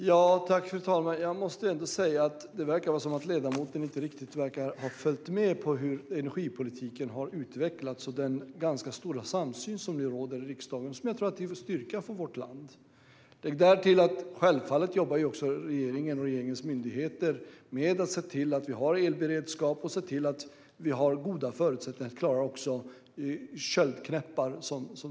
Fru talman! Jag måste ändå säga att ledamoten inte verkar ha följt med i hur energipolitiken har utvecklats. Det råder nu en ganska stor samsyn i riksdagen, och det tror jag är en styrka för vårt land. Lägg därtill att regeringen och regeringens myndigheter självfallet jobbar med att se till att vi har elberedskap och goda förutsättningar att klara också köldknäppar.